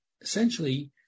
essentially